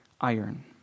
iron